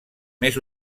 més